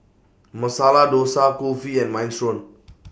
Masala Dosa Kulfi and Minestrone